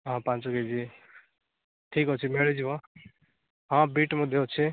ହଁ ପାଞ୍ଚ K G ଠିକ୍ ଅଛି ମିଳିଯିବ ହଁ ବିଟ୍ ମଧ୍ୟ ଅଛି